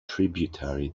tributary